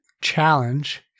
challenge